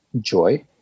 joy